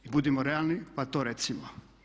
I budimo realni pa to recimo.